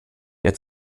der